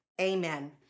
Amen